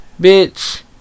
bitch